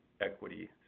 equity